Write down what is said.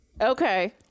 Okay